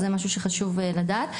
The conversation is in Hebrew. זה משהו שחשוב לדעת.